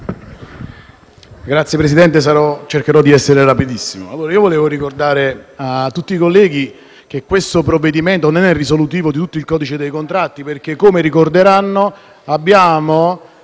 Signor Presidente, cercherò di essere rapidissimo. Vorrei ricordare a tutti i colleghi che questo provvedimento non è risolutivo di tutto il codice dei contratti perché, come ricorderanno, all'interno